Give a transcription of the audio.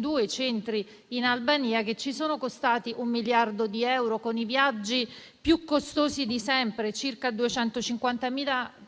due centri in Albania che ci sono costati un miliardo di euro, con i viaggi più costosi di sempre: circa 250.000